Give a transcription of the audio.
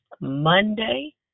Monday